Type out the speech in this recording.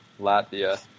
Latvia